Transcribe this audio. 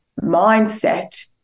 mindset